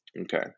Okay